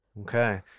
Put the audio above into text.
Okay